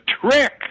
trick